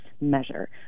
measure